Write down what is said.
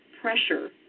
pressure